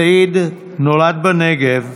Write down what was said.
סעיד נולד בנגב,